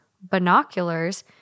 binoculars